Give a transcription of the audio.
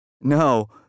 No